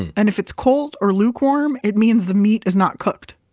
and if it's cold or lukewarm, it means the meat is not cooked.